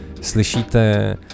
slyšíte